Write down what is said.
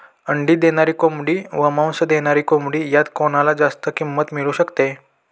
अंडी देणारी कोंबडी व मांस देणारी कोंबडी यात कोणाला जास्त किंमत मिळू शकते?